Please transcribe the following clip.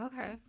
Okay